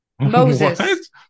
Moses